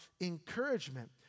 encouragement